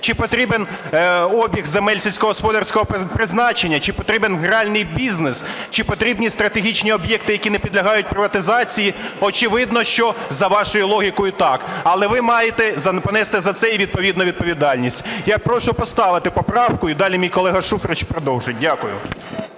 Чи потрібен обіг земель сільськогосподарського призначення? Чи потрібен гральний бізнес? Чи потрібні стратегічні об'єкти, які не підлягають приватизації? Очевидно, що, за вашою логікою, так, але ви маєте понести за це і відповідно відповідальність. Я прошу поставити поправку, і далі мій колега Шуфрич продовжить. Дякую.